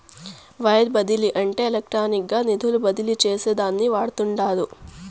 wire బదిలీ అంటే ఎలక్ట్రానిక్గా నిధులు బదిలీ చేసేదానికి వాడతండారు